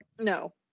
No